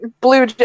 Blue